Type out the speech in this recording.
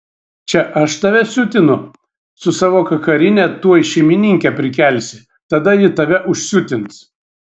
čia aš tave siutinu su savo kakarine tuoj šeimininkę prikelsi tada ji tave užsiutins